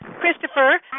Christopher